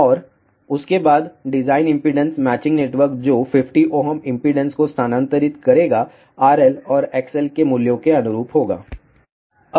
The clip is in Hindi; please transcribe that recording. और उसके बाद डिजाइन इम्पीडेन्स मैचिंग नेटवर्क जो 50Ω इम्पीडेन्स को स्थानांतरित करेगा RL और XL के मूल्यों के अनुरूप होगा